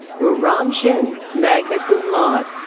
wooram shin, magna cum laude.